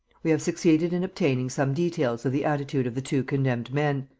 we have succeeded in obtaining some details of the attitude of the two condemned men.